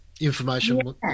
information